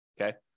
okay